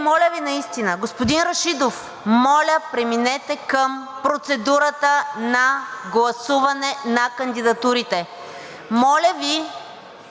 моля Ви! Господин Рашидов, моля, преминете към процедурата на гласуване на кандидатурите. Моля Ви,